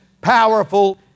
powerful